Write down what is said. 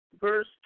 verse